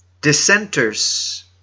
dissenters